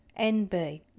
NB